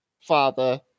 father